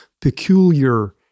peculiar